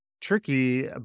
tricky